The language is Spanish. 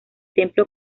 templo